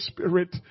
Spirit